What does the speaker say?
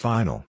Final